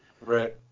Right